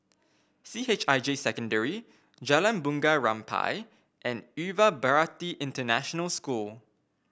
C H I J Secondary Jalan Bunga Rampai and Yuva Bharati International School